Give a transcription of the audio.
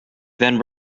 then